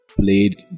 played